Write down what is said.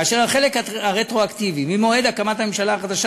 והחלק הרטרואקטיבי ממועד הקמת הממשלה החדשה,